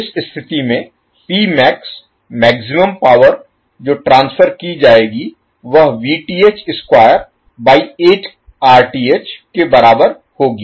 इस स्थिति में Pmax मैक्सिमम पावर जो ट्रांसफर की जाएगी वह Vth स्क्वायर बाई 8 Rth के बराबर होगी